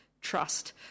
trust